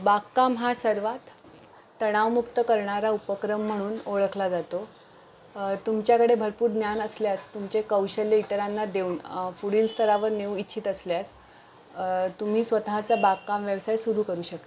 बागकाम हा सर्वात तणावमुक्त करणारा उपक्रम म्हणून ओळखला जातो तुमच्याकडे भरपूर ज्ञान असल्यास तुमचे कौशल्य इतरांना देऊन पुढील स्तरावर नेऊ इच्छित असल्यास तुम्ही स्वतःचा बागकाम व्यवसाय सुरू करू शकता